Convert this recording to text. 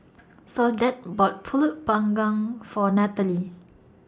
Soledad bought Pulut Panggang For Natalee